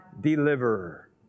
deliverer